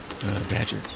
Badger